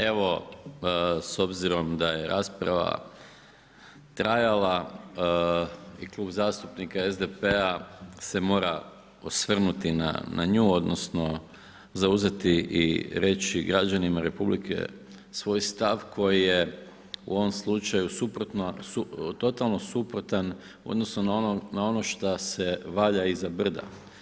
Evo s obzirom da je rasprava trajala i Klub zastupnika SDP-a se mora osvrnuti na nju, odnosno zauzeti i reći građanima Republike svoj stav koji je u ovom slučaju totalno suprotan u odnosu na ono što se valja iza brda.